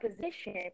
position